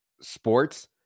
sports